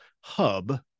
hub